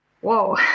Whoa